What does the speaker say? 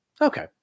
Okay